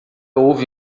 ouve